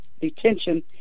detention